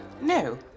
No